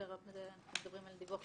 בדיון הקודם עד סעיף 8,